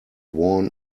worn